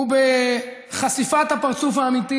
הוא בחשיפת הפרצוף האמיתי